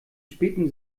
späten